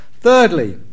Thirdly